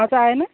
आज आएन